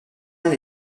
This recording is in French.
elle